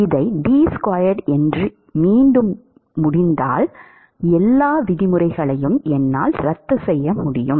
இதை d2 என்று மீண்டும் எழுத முடிந்தால் எல்லா விதிமுறைகளையும் என்னால் ரத்து செய்ய முடியும்